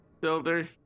Builder